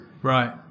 Right